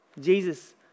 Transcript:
Jesus